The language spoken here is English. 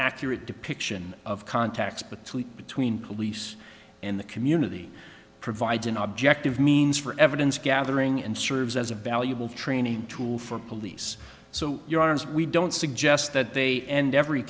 accurate depiction of contacts but between police and the community provides an objective means for evidence gathering and serves as a valuable training tool for police so your arms we don't suggest that they end every